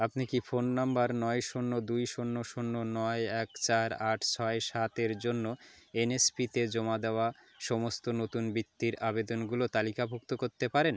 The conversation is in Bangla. আপনি কি ফোন নম্বর নয় শূন্য দুই শূন্য শূন্য নয় এক চার আট ছয় সাতের জন্য এনএসপিতে জমা দেওয়া সমস্ত নতুন বৃত্তির আবেদনগুলো তালিকাভুক্ত করতে পারেন